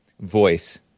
voice